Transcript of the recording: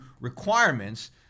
requirements